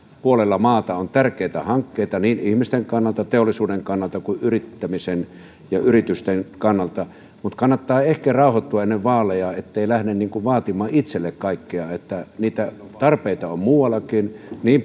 puolella maata on tärkeitä hankkeita niin ihmisten kannalta teollisuuden kannalta kuin yrittämisen ja yritysten kannalta mutta kannattaa ehkä rauhoittua ennen vaaleja ettei lähde vaatimaan itselle kaikkea niitä tarpeita on muuallakin